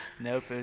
Nope